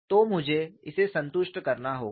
तो मुझे इसे संतुष्ट करना होगा